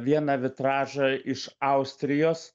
vieną vitražą iš austrijos